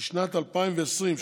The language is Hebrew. בשנת 2020,